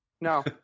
No